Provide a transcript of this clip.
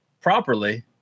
properly